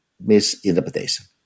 misinterpretation